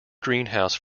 greenhouse